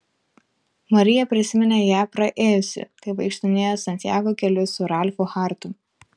marija prisiminė ją praėjusi kai vaikštinėjo santjago keliu su ralfu hartu